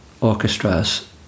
orchestras